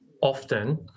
often